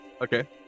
Okay